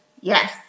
yes